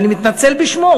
אני מתנצל בשמו,